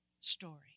story